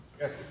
Yes